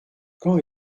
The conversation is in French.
quand